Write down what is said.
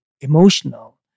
emotional